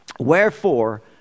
Wherefore